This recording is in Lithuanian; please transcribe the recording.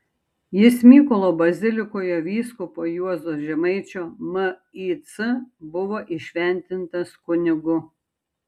jis mykolo bazilikoje vyskupo juozo žemaičio mic buvo įšventintas kunigu